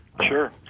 Sure